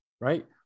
right